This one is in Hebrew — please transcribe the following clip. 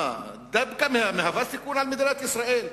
דבקה מהווה סיכון למדינת ישראל?